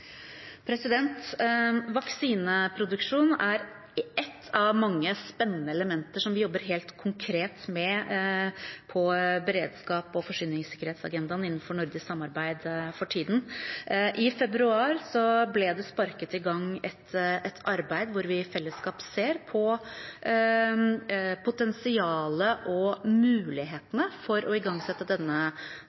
med vaksineproduksjon og samarbeidet framover. Vaksineproduksjon er ett av mange spennende elementer vi jobber helt konkret med på beredskaps- og forsyningssikkerhetsagendaen innenfor nordisk samarbeid for tiden. I februar ble det sparket i gang et arbeid hvor vi i fellesskap ser på potensialet og mulighetene for å igangsette